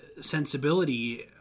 sensibility